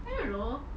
I don't know